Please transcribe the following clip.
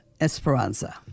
Esperanza